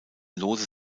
lose